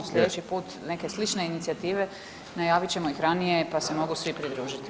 Sljedeći put neke slične inicijative najavit ćemo ih ranije pa se mogu svi pridružiti.